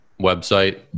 website